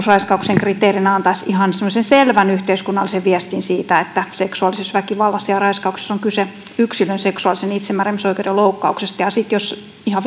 raiskauksen kriteerinä antaisi ihan selvän yhteiskunnallisen viestin siitä että seksuaalisessa välivallassa ja raiskauksessa on kyse yksilön seksuaalisen itsemääräämisoikeuden loukkauksesta ja sitten jos vielä ihan